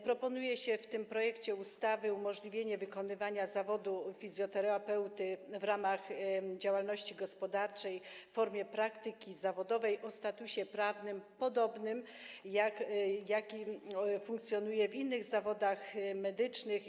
Proponuje się w tym projekcie ustawy umożliwienie wykonywania zawodu fizjoterapeuty w ramach działalności gospodarczej w formie praktyki zawodowej o statusie prawnym podobnym do funkcjonującego w innych zawodach medycznych.